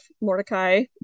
mordecai